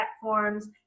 platforms